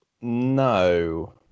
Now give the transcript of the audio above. No